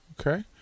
okay